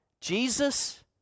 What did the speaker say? Jesus